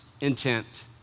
intent